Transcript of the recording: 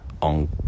on